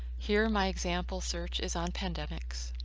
here, my example search is on pandemics.